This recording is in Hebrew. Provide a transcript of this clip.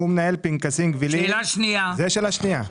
זו שאלה שנייה.